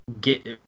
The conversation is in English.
get